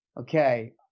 Okay